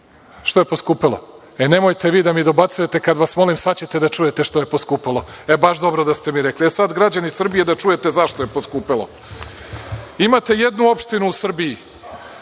je poskupelo? E, nemojte vi da mi dobacujete kada vas molim, sada ćete da čujete šta je poskupelo. E, baš dobro da ste mi rekli. E, sad građani Srbije da čujete zašto je poskupelo. Imate jednu opštinu u Srbiji.